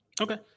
Okay